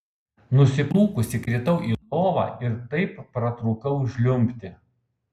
nusiplūkusi kritau į lovą ir taip pratrūkau žliumbti